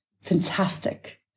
Fantastic